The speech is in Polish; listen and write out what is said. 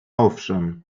owszem